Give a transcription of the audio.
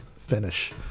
finish